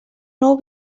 nou